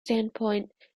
standpoint